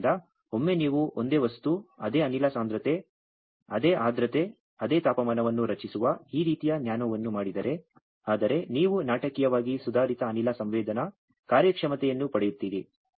ಆದ್ದರಿಂದ ಒಮ್ಮೆ ನೀವು ಒಂದೇ ವಸ್ತು ಅದೇ ಅನಿಲ ಸಾಂದ್ರತೆ ಅದೇ ಆರ್ದ್ರತೆ ಅದೇ ತಾಪಮಾನವನ್ನು ರಚಿಸುವ ಈ ರೀತಿಯ ನ್ಯಾನೊವನ್ನು ಮಾಡಿದರೆ ಆದರೆ ನೀವು ನಾಟಕೀಯವಾಗಿ ಸುಧಾರಿತ ಅನಿಲ ಸಂವೇದನಾ ಕಾರ್ಯಕ್ಷಮತೆಯನ್ನು ಪಡೆಯುತ್ತೀರಿ